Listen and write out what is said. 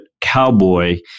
cowboy